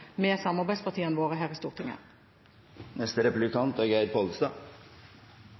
med samarbeidspartiene våre her i Stortinget. Jeg vil fortsette der forrige replikant